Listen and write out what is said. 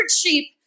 sheep